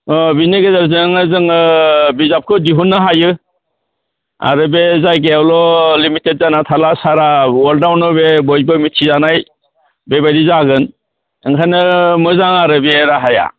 अ बेनि गेजेरजोंनो जोङो बिजाबखौ दिहुननो हायो आरो बे जायगायावल' लिमिटेड जाना थाला सारा वर्ल्डआवनो बे बयबो मिथिजानाय बेबायदि जागोन ओंखायनो मोजां आरो बे राहाया